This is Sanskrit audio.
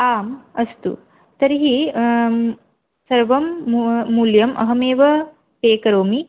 आम् अस्तु तर्हि सर्वं मू मूल्यम् अहमेव पे करोमि